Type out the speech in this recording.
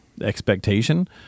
expectation